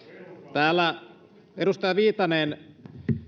täällä edustaja viitanen